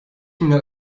milyar